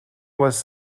was